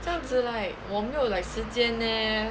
这样子 like 我没有 like 时间 leh